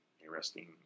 interesting